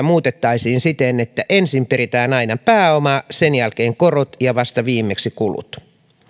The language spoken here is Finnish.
muutettaisiin siten että ensin peritään aina pääoma sen jälkeen korot ja vasta viimeiseksi kulut